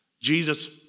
Jesus